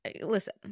listen